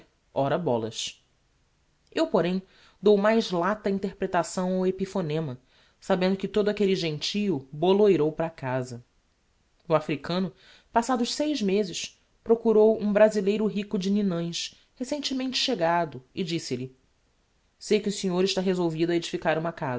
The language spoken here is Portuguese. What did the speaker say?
ora bolas eu porém dou mais lata interpretação ao epiphonema sabendo que todo aquelle gentio boloirou para casa o africano passados seis mezes procurou um brazileiro rico de ninães recentemente chegado e disse-lhe sei que o senhor está resolvido